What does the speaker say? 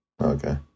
Okay